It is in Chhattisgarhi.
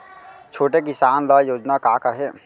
छोटे किसान ल योजना का का हे?